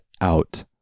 out